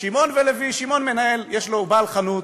שמעון מנהל, בעל, חנות.